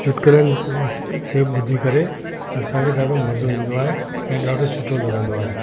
चुटकुलनि खे ॿुधी करे असांखे ॾाढो मज़ो ईंदो आहे ऐं ॾाढो सुठो लॻंदो आहे